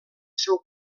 seu